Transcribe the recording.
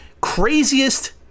craziest